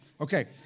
Okay